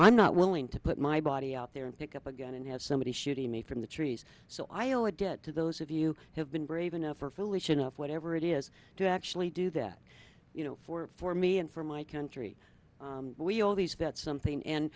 i'm not willing to put my body out there and pick up a gun and have somebody shooting me from the trees so i owe a debt to those of you have been brave enough or foolish enough whatever it is to actually do that you know for for me and for my country we owe these vets something and